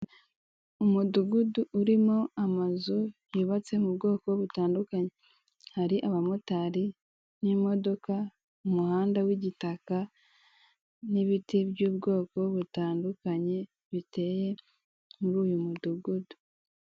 Umudugudu urimo amazu yubatse mu bwoko butandukanye hari abamotari, n'imodoka, umuhanda w'igitaka n'ibiti by'ubwoko butandukanywe biteye muri uyu mudugudu.